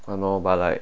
!hannor! but like